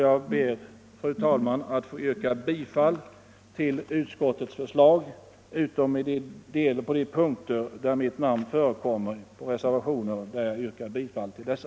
Jag ber, fru talman, att få yrka bifall till utskottets förslag utom på de punkter där mitt namn förekommer på reservationer där jag yrkar bifall till dessa.